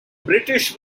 british